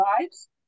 lives